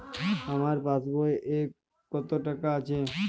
আমার পাসবই এ কত টাকা আছে?